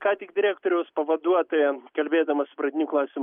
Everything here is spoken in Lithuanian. ką tik direktoriaus pavaduotoja kalbėdama su pradinių klasių